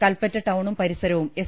കൽപ്പറ്റ ടൌണും പരിസരവും എസ്